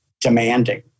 demanding